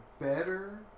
better